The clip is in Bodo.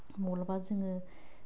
माब्लाबा जोङो